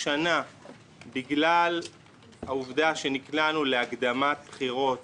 השנה בגלל העובדה שנקלענו להקדמת בחירות